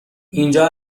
اینجا